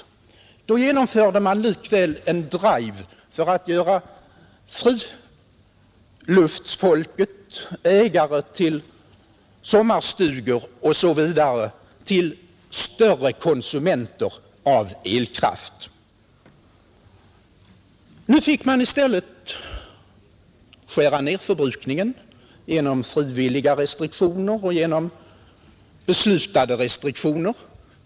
Då genomförde man likväl en drive för att göra fritidstorparna — ägare till sommarstugor osv. — till större konsumenter av elkraft. Nu fick man i stället skära ned förbrukningen genom frivilliga begränsningar och genom beslutade restriktioner.